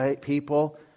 people